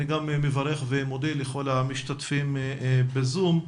אני גם מברך ומודה לכל המשתתפים בזום.